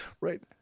Right